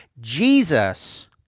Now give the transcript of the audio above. Jesus